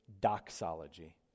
doxology